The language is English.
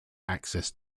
access